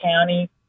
county